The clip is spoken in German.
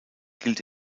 gilt